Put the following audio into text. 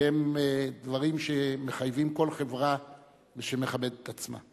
שהם דברים שמחייבים כל חברה שמכבדת את עצמה.